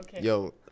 Yo